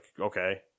okay